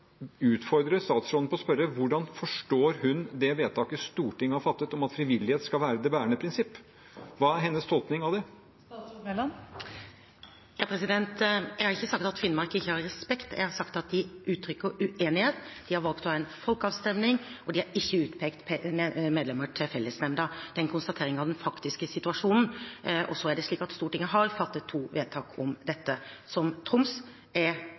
statsråden ved å spørre: Hvordan forstår hun det vedtaket Stortinget har fattet, om at frivillighet skal være det bærende prinsipp? Hva er hennes tolkning av det? Jeg har ikke sagt at Finnmark ikke har respekt. Jeg har sagt at de uttrykker uenighet, de har valgt å ha en folkeavstemning, og de har ikke utpekt medlemmer til fellesnemnda. Det er en konstatering av den faktiske situasjonen. Stortinget har fattet to vedtak om dette, som Troms er